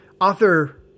author